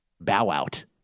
bow-out